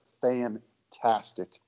fantastic